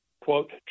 quote